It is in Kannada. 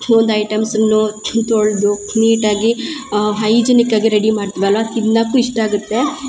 ಒಂದು ಐಟಮ್ಸನ್ನು ತೊಳೆದು ನೀಟಾಗಿ ಹೈಜಿನಿಕ್ಕಾಗಿ ರೆಡಿ ಮಾಡ್ತಿವಲ್ಲವಾ ತಿನಕ್ಕು ಇಷ್ಟ ಆಗತ್ತೆ